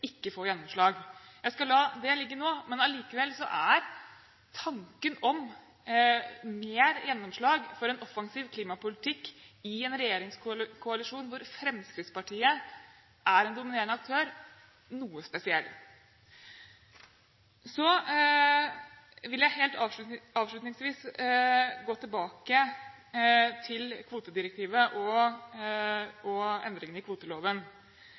ikke får gjennomslag. Jeg skal la det ligge nå, men allikevel er tanken på mer gjennomslag for en offensiv klimapolitikk i en regjeringskoalisjon hvor Fremskrittspartiet er en dominerende aktør, noe spesiell. Avslutningsvis vil jeg gå tilbake til kvotedirektivet og endringene i kvoteloven.